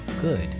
good